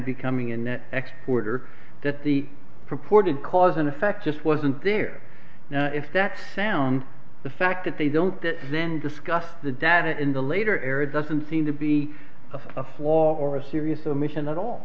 becoming in that export or that the purported cause and effect just wasn't there if that sound the fact that they don't then discuss the data in the later era doesn't seem to be a flaw or a serious omission at all